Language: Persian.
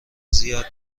زیاد